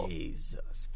Jesus